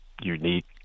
unique